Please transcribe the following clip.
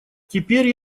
теперь